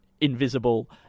invisible